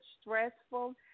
stressful